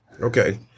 Okay